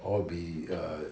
or be err